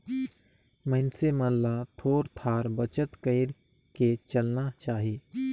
मइनसे मन ल थोर थार बचत कइर के चलना चाही